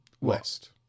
West